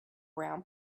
round